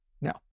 Now